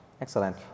Excellent